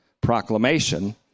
proclamation